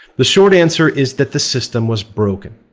the short answer is that the system was broken.